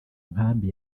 nkambi